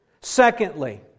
Secondly